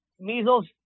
Measles